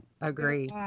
agree